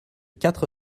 quatre